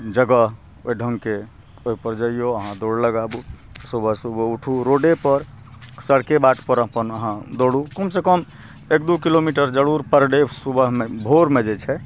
जगह ओहि ढङ्गके ओहि पर जइयौ अहाँ दौड़ लगाबू सुबह सुबह उठू रोडे पर सड़के बाट पर अपन अहाँ दौड़ू कम से कम एक दू किलोमीटर जरूर पर डे सुबहमे भोरमे जे छै